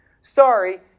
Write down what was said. sorry